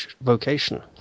vocation